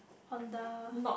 Honda